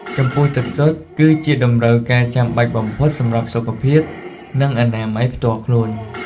ចំពោះទឹកសុទ្ធ គឺជាតម្រូវការចាំបាច់បំផុតសម្រាប់សុខភាព និងអនាម័យផ្ទាល់ខ្លួន។